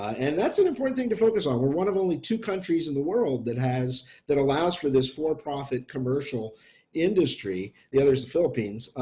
and that's an important thing to focus on we're one of only two countries in the world that has that allows for this for-profit commercial industry, the others the philippines,